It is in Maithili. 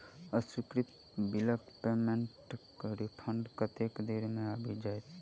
अस्वीकृत बिलक पेमेन्टक रिफन्ड कतेक देर मे आबि जाइत?